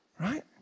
Right